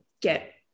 get